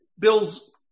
Bill's